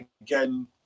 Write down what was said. again